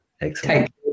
Excellent